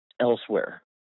elsewhere